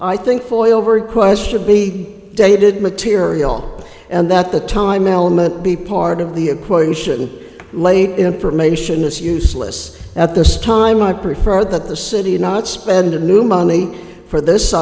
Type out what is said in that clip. i think for oil requests should be dated material and that the time element be part of the equation late information is useless at this time i'd prefer that the city not spend a new money for this